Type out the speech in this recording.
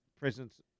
presence